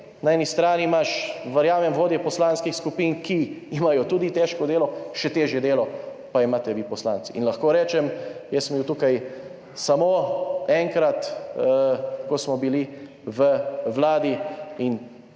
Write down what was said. na eni strani imaš, verjamem, vodje poslanskih skupin, ki imajo tudi težko delo, še težje delo pa imate vi poslanci. Lahko rečem, jaz sem bil tukaj samo enkrat, ko smo bili v Vladi,